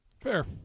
Fair